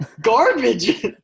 garbage